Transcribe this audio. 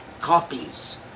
copies